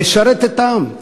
לשרת את העם,